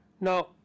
Now